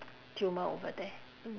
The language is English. tumor over there